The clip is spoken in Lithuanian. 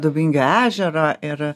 dubingių ežero ir